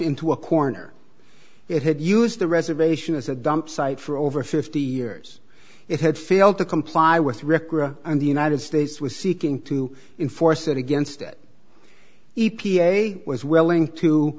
into a corner it had used the reservation as a dump site for over fifty years it had failed to comply with record and the united states was seeking to enforce it against it e p a was willing to